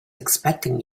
expecting